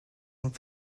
and